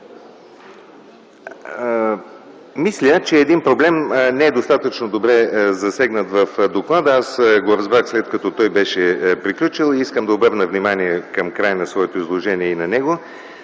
Мисля, че един проблем не е достатъчно добре засегнат в доклада. Аз го разбрах, след като докладът беше изготвен, но искам да обърна внимание към края на своето изложение и на него.